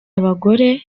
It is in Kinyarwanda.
abagore